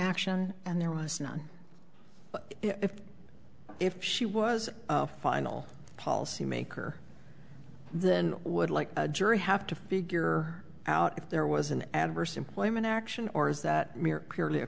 action and there was none but if if she was a final policy maker then would like a jury have to figure out if there was an adverse employment action or is that mere purely a